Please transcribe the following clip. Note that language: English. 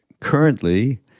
currently